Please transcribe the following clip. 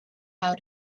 how